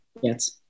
yes